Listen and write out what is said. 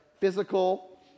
physical